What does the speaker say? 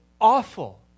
awful